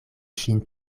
ŝin